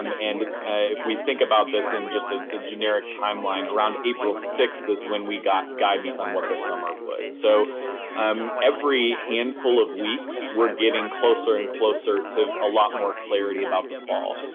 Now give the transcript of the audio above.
um and if we think about this in just ah a generic time line, around april sixth is when we got guidance on what the summer would. so um every handful of weeks, we're getting closer and closer to a lot more clarity about the fall.